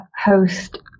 host